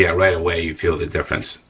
yeah right away, you feel the difference.